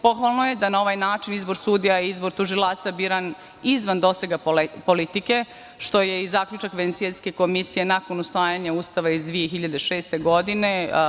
Pohvalno je da na ovaj način izbor sudija i izbor tužilaca biran izvan dosega politike, što je i zaključak Venecijanske komisije nakon usvajanja Ustava iz 2006. godine.